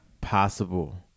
possible